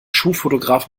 schulfotograf